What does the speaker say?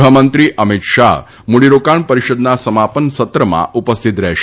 ગૃહમંત્રી અમિત શાહ મૂડીરોકાણ પરિષદના સમાપન સત્રમાં ઉપસ્થિત રહેશે